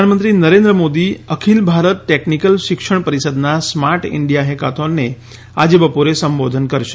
પ્રધાનમંત્રી નરેન્દ્ર મોદી અખિલ ભારત ટેકનિકલ શિક્ષણ પરિષદના સ્માર્ટ ઇન્ડિથા હેકાથોનને આજે બપોરે સંબોધન કરશે